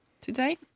today